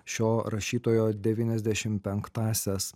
šio rašytojo devyniasdešim penktąsias